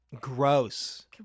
Gross